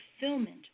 fulfillment